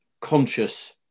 conscious